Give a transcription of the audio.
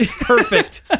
Perfect